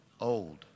old